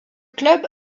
club